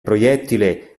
proiettile